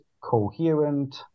coherent